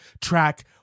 track